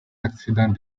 accident